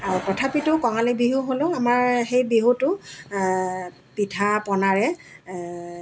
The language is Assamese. আও তথাপিতো কঙালী বিহু হ'লেও আমাৰ সেই বিহুটো পিঠা পনাৰে